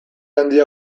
handia